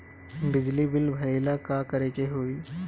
बिजली बिल भरेला का करे के होई?